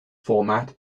format